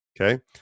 Okay